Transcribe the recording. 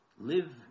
live